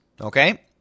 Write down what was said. Okay